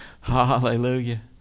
Hallelujah